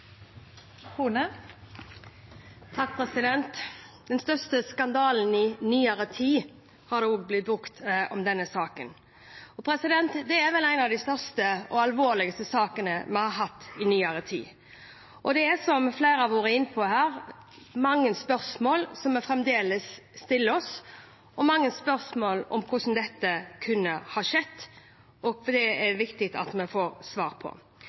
har blitt brukt om denne saken. Dette er vel en av de største og mest alvorlige sakene vi har hatt i nyere tid. Det er, som flere her har vært inne på, mange spørsmål vi fremdeles stiller oss, og mange spørsmål om hvordan dette kunne skje – og disse er det viktig at vi får svar på.